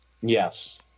Yes